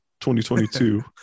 2022